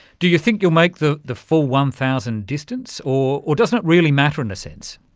do you think you'll make the the full one thousand distance, or or doesn't it really matter in a sense?